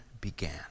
began